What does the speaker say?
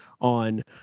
on